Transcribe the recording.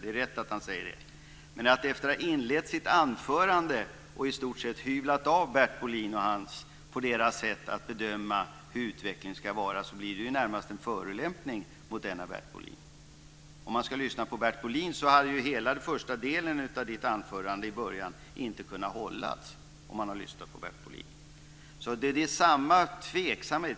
Det är riktigt att han säger det. När Lars Lindblad har inlett sitt anförande med att i stort sett ha hyvlat av Bert Bolin med sitt sätt att bedöma hur utvecklingen ska vara blir det närmast en förolämpning mot Bert Bohlin. Om man har lyssnat på Bert Bohlin inser man att hela den första delen av Lars Lindblads anförande inte kan hållas.